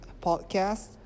podcast